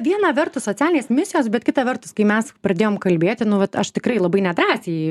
viena vertus socialinės misijos bet kita vertus kai mes pradėjom kalbėti nu vat aš tikrai labai nedrąsiai